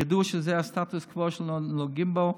ידעו שזה סטטוס קוו שלא נוגעים בו.